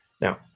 Now